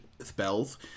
spells